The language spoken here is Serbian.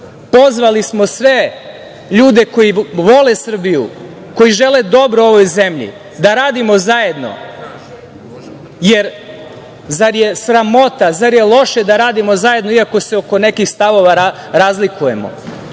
Vladu. Pozvali smo sve ljude koji vole Srbiju, koji žele dobro ovoj zemlji, da radimo zajedno, zar je sramota, zar je loše da radimo zajedno iako se oko nekih stavova razlikujemo.